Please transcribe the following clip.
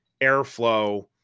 airflow